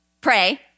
pray